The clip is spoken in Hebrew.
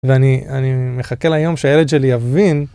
ואני מחכה ליום שהילד שלי יבין.